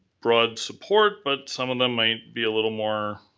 broad support, but some of them might be a little more.